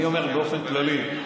אני אומר באופן כללי.